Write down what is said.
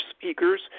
speakers